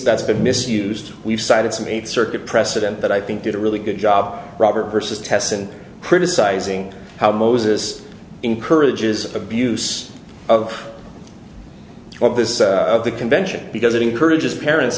that's been misused we've cited some eight circuit precedent that i think did a really good job robert versus tess and criticizing how moses encourages abuse of office of the convention because it encourages parents